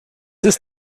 ist